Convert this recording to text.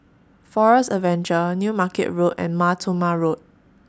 Forest Adventure New Market Road and Mar Thoma Road